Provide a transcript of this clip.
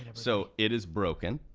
so it is broken,